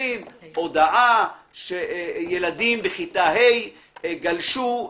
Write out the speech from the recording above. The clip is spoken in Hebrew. מקבלים הודעה שילדים בכיתה ה' גלשו,